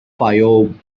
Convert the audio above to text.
fayoum